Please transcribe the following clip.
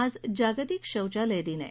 आज जागतिक शौचालय दिन आहे